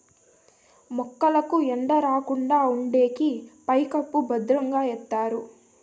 మొక్కలకు ఎండ రాకుండా ఉండేకి పైకప్పు భద్రంగా ఎత్తారు